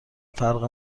فرق